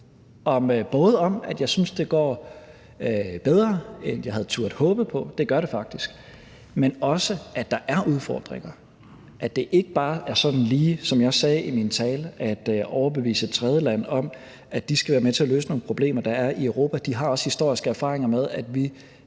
både om, at jeg synes, det går bedre, end jeg havde turdet håbe på – det gør det faktisk – men også om, at der er udfordringer, at det ikke bare er sådan lige, som jeg sagde i min tale, at overbevise et tredjeland om, at de skal være med til at løse nogle problemer, der er i Europa. De har også historiske erfaringer med, at vi